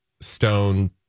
stone